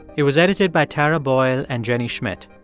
it was edited by tara boyle and jenny schmidt.